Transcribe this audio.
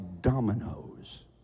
dominoes